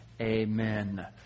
Amen